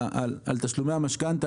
על תשלומי המשכנתא,